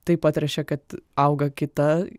taip patręšia kad auga kita